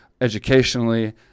educationally